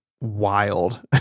wild